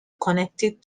connected